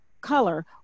color